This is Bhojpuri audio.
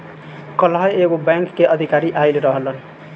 काल्ह एगो बैंक के अधिकारी आइल रहलन